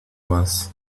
más